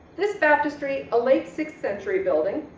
this baptistery, a late sixth century building,